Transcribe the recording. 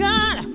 God